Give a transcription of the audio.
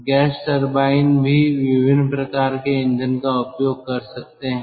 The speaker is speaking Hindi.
गैस टरबाइन भी विभिन्न प्रकार के ईंधन का उपयोग कर सकते हैं